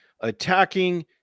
attacking